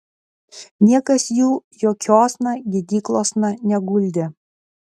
niekas jų jokiosna gydyklosna neguldė